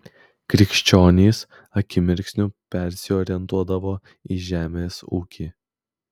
krikščionys akimirksniu persiorientuodavo į žemės ūkį